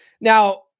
Now